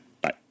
Bye